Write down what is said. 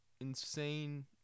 insane